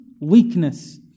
weakness